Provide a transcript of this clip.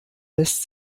lässt